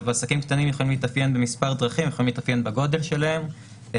עסקים קטנים יכולים להתאפיין בכמה דרכים: בגודל הפיזי,